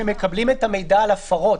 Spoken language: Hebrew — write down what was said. שהם מקבלים את המידע על הפרות.